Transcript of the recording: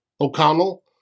O'Connell